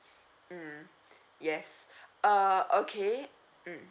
mm yes uh okay mm